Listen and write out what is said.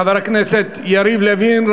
חבר הכנסת יריב לוין.